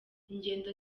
ingendo